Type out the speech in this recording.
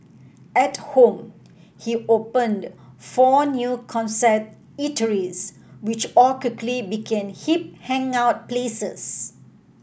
at home he opened four new concept eateries which all quickly became hip hangout places